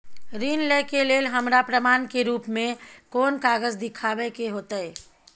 ऋण लय के लेल हमरा प्रमाण के रूप में कोन कागज़ दिखाबै के होतय?